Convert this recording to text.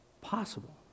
possible